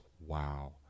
wow